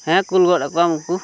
ᱦᱮᱸ ᱠᱩᱞ ᱜᱚᱫ ᱟᱠᱚᱣᱟᱢ ᱩᱱᱠᱩ